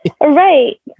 Right